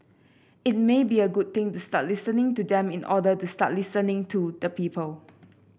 it may be a good thing to start listening to them in order to start listening to the people